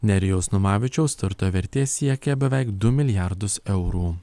nerijaus numavičiaus turto vertė siekia beveik du milijardus eurų